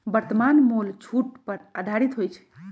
वर्तमान मोल छूट पर आधारित होइ छइ